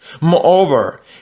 Moreover